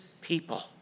people